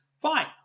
fine